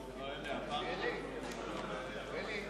63 65, כהצעת הוועדה, נתקבלו.